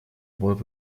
будут